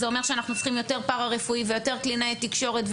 זה אומר שאנחנו צריכים יותר פרא-רפואי ויותר קלינאי תקשורת,